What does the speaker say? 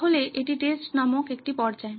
তাহলে এটি টেস্ট নামক একটি পর্যায়